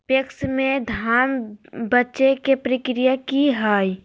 PACS में धाम बेचे के प्रक्रिया की हय?